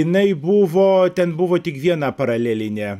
inai buvo ten buvo tik vieną paralelinė